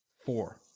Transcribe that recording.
four